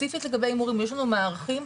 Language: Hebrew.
ספציפית לגבי הימורים יש לנו מערכים,